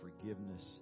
forgiveness